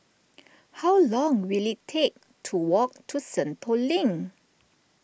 how long will it take to walk to Sentul Link